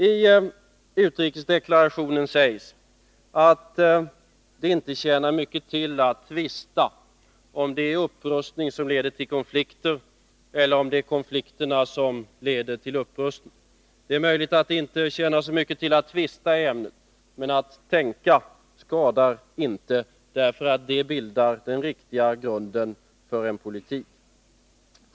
I utrikesdeklarationen sägs att det icke tjänar mycket till att tvista om det är upprustningen som leder till konflikter eller om det är konflikterna som leder till upprustning. Det är möjligt att det inte tjänar mycket till att tvista i ämnet, men att tänka skadar inte, därför att det bildar den riktiga grunden för en politik.